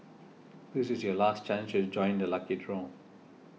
this is your last chance to join the lucky draw